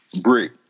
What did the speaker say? brick